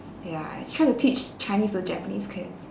ya I tried to teach chinese to japanese kids